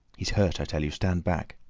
he's hurt, i tell you. stand back!